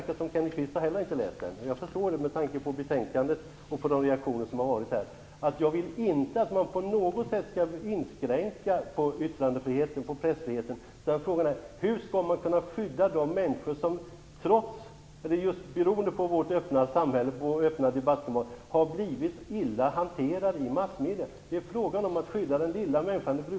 Jag får det intrycket mot bakgrund av skrivningen i betänkandet och de reaktioner som här har förekommit. Jag vill inte att man på något sätt skall inskränka press och yttrandefriheten, utan frågan är hur man skall kunna skydda de människor som på grund av vårt öppna samhälle och fria debattklimat kan bli illa hanterade i massmedierna. Det är fråga om att skydda den lilla människan.